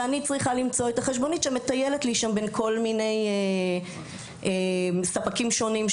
ואני צריכה למצוא את החשבונית שמטיילת בין כל מיני ספקים שונים.